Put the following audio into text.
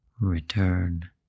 Return